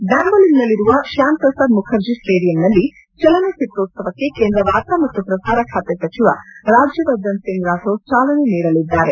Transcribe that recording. ಬ್ಡಾಂಬೋಲಿಮ್ನಲ್ಲಿರುವ ಶ್ಡಾಮ್ ಪ್ರಸಾದ್ ಮುಖರ್ಜಿ ಸ್ವೇಡಿಯಂನಲ್ಲಿ ಚಲನಚಿತ್ರೋತ್ಸವಕ್ಕೆ ಕೇಂದ್ರ ವಾರ್ತಾ ಮತ್ತು ಪ್ರಸಾರ ಖಾತೆ ಸಚಿವ ರಾಜ್ಲವರ್ಧನ್ ಸಿಂಗ್ ರಾಥೋಡ್ ಚಾಲನೆ ನೀಡಲಿದ್ದಾರೆ